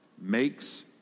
makes